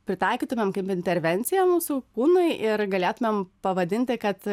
pritaikytumėm kaip intervenciją mūsų kūnui ir galėtumėm pavadinti kad